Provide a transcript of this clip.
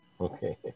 Okay